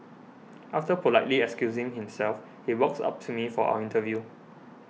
after politely excusing himself he walks up to me for our interview